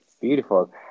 Beautiful